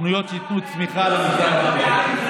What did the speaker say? תוכניות שייתנו צמיחה למגזר הבדואי,